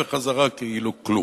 כאילו כלום.